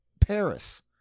Paris